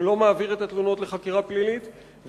שלא מעביר את התלונות לחקירה פלילית,